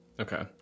Okay